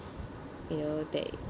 you know they